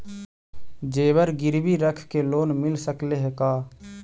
जेबर गिरबी रख के लोन मिल सकले हे का?